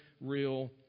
real